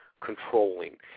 controlling